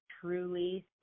truly